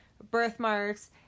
birthmarks